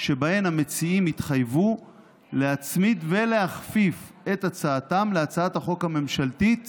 שבהן המציעים התחייבו להצמיד ולהכפיף את הצעתם להצעת החוק הממשלתית